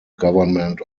government